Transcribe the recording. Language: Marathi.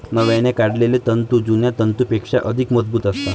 नव्याने काढलेले तंतू जुन्या तंतूंपेक्षा अधिक मजबूत असतात